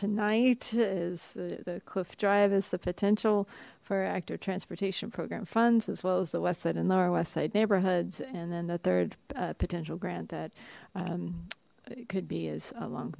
tonight is the cliff drive is the potential for active transportation program funds as well as the west side and lower west side neighborhoods and then the third potential grant that it could be is along